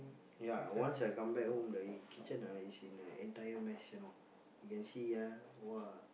ya once I come back home the kitchen ah is in a entire mess you know you can see ah !wah!